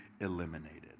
eliminated